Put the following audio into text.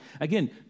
again